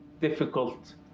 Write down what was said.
difficult